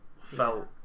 felt